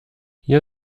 hier